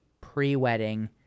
pre-wedding